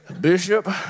Bishop